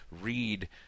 read